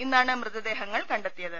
ഇന്നാണ് മൃതദേഹങ്ങൾ കണ്ടെത്തിയത്